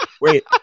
Wait